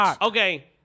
Okay